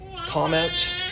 Comments